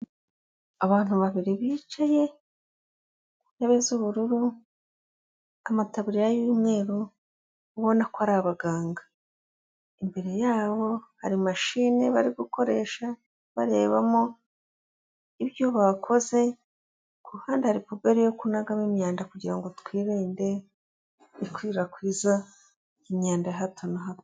Abantu babiri bicaye ku ntebe z'ubururu amataburiya y'umweru ubona ko ari abaganga, imbere yabo hari mashine bari gukoresha barebamo ibyo bakoze, ku ruhande puberi yo kujugunyamo imyanda kugira ngo twirinde ikwirakwiza ry'imyanda ya hato na hato.